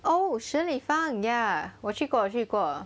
oh 食立方 ya 我去过去过